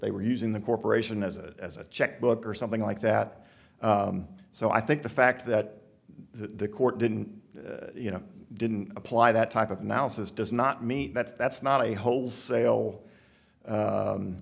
they were using the corporation as a as a check book or something like that so i think the fact that the court didn't you know didn't apply that type of analysis does not mean that's that's not a wholesale